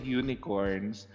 unicorns